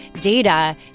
data